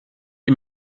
die